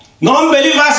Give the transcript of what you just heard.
Non-believers